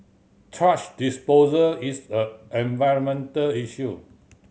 thrash disposal is a environmental issue